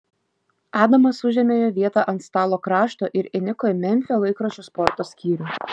adamas užėmė jo vietą ant stalo krašto ir įniko į memfio laikraščio sporto skyrių